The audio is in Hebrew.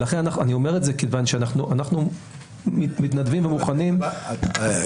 אני אומר את זה מכיוון שאנחנו מתנדבים ומוכנים --- גלעד,